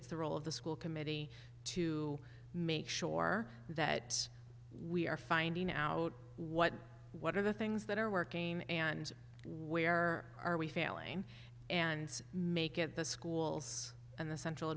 it's the role of the school committee to make sure that we are finding out what what are the things that are working and where are we failing and make it the schools and the central